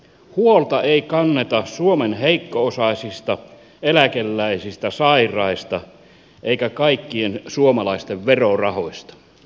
huolta ei kanneta suomen heikko osaisista eläkeläisistä sairaista eikä kaikkien suomalaisten verorahoista